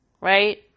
right